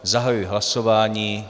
Zahajuji hlasování.